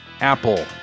Apple